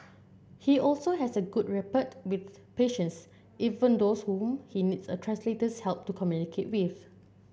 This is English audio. he also has a good rapport with patients even those whom he needs a translator's help to communicate with